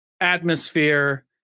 atmosphere